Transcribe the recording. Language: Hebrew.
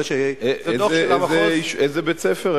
זה דוח של המחוז, איזה בית-ספר?